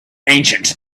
ancient